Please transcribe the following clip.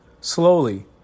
Slowly